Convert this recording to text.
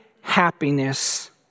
happiness